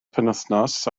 penwythnos